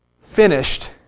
finished